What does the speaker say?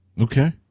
Okay